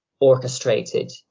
orchestrated